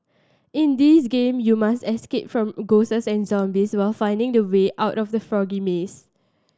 in this game you must escape from ghosts and zombies while finding the way out of the foggy maze